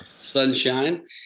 sunshine